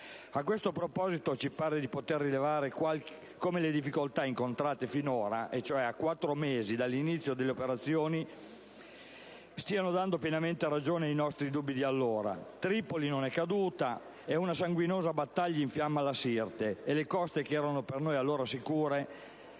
A questo proposito, ci pare di poter rilevare come le difficoltà incontrate finora, a quattro mesi dall'inizio delle operazioni, stiano dando pienamente ragione ai nostri dubbi di allora. Tripoli non è caduta, una sanguinosa battaglia infiamma la Sirte e le coste che erano per noi sicure